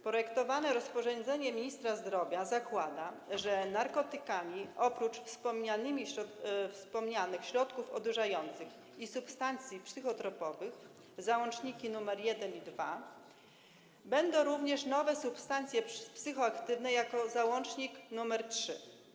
Projektowane rozporządzenie ministra zdrowia zakłada, że narkotykami oprócz wspomnianych środków odurzających i substancji psychotropowych, załączniki nr 1 i 2, będą również nowe substancje psychoaktywne, załącznik nr 3.